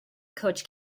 coach